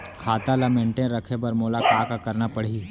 खाता ल मेनटेन रखे बर मोला का करना पड़ही?